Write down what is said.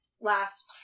last